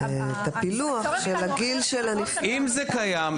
אם זה קיים,